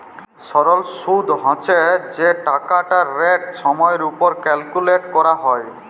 সরল সুদ্ হছে যে টাকাটর রেট সময়ের উপর ক্যালকুলেট ক্যরা হ্যয়